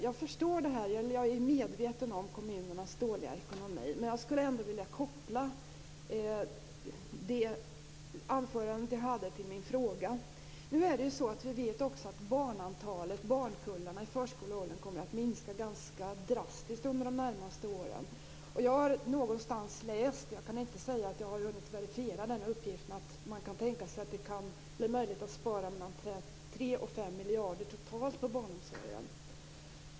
Jag är medveten om kommunernas dåliga ekonomi, men jag skulle ändå vilja koppla det anförande jag höll till min fråga. Vi vet också att barnkullarna i förskoleåldern kommer att minska ganska drastiskt under de närmaste åren. Jag har någonstans läst - jag kan inte säga att jag har hunnit verifiera denna uppgift - att det kan bli möjligt att spara mellan 3 och 5 miljarder totalt på barnomsorgen.